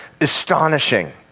astonishing